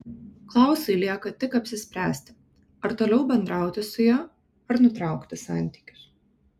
klausui lieka tik apsispręsti ar toliau bendrauti su ja ar nutraukti santykius